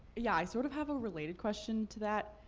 yeah, i sort of have a related question to that,